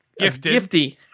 gifty